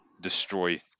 destroy